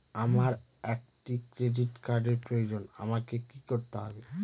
আমার একটি ক্রেডিট কার্ডের প্রয়োজন আমাকে কি করতে হবে?